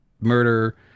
murder